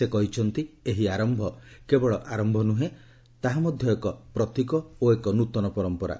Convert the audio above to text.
ସେ କହିଛନ୍ତି ଏହି 'ଆରର୍ଚ୍ଚ କେବଳ ଆରର୍ଚ୍ଚ ନୁହେଁ ଏହା ମଧ୍ୟ ଏକ ପ୍ରତୀକ ଓ ଏକ ନ୍ତନ ପରମ୍ପରା